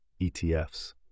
ETFs